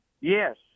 yes